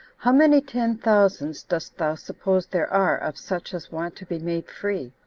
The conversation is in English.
how many ten thousands dost thou suppose there are of such as want to be made free?